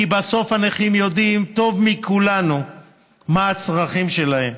כי בסוף הנכים יודעים טוב מכולנו מה הצרכים שלהם.